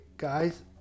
Guys